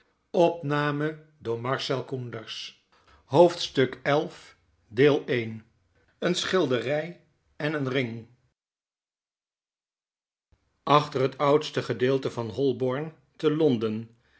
xl eene schilderij en een ring achter het oudste gedeelte van holborn te londen